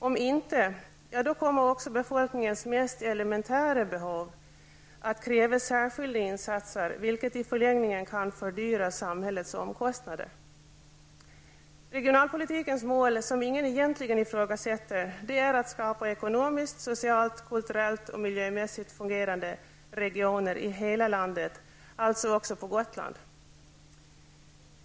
Om inte, så kommer också befolkningens mest elementära behov att kräva särskilda insatser, vilket i förlängningen kan fördyra samhällets omkostnader. Regionalpolitikens mål, som ingen egentligen ifrågasätter, är att skapa ekonomiskt, socialt, kulturellt och miljömässigt fungerande regioner i hela landet, alltså även på Gotland.